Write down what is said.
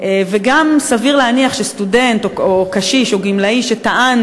גם סביר להניח שסטודנט או קשיש או גמלאי שטען